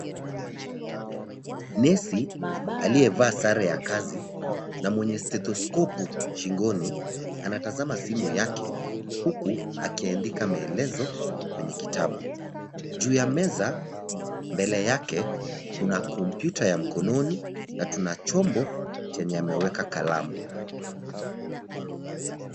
Nesi aliyevaa sare ya kazi na mwenye stethoskopu shingoni anatazama simu yake huku akiandika maelezo kwenye kitabu. Juu ya meza, mbele yake, kuna kompyuta ya mkononi na tuna chombo chenye ameweka kalamu.